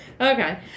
Okay